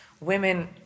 women